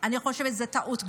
אני חושבת שזו טעות גדולה.